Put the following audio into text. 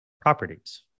properties